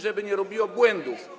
żeby nie robiło błędów?